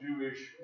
Jewish